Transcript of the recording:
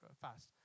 Fast